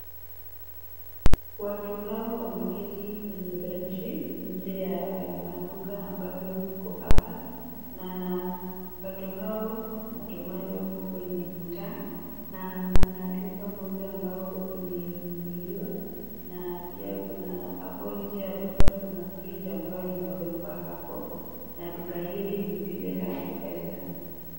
Watu hawa wameketi kwenye benchi, nje ya maduka ambavyo viko hapa, na watu hao natumai wako kwenye mtaa, na kuna duka moja ambayo imefunguliwa, na pia kuna hapo nje ya duka kuna fridge ambayo imewekwa hapo, na duka hili ni lile la M-Pesa.